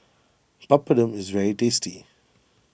Papadum is very tasty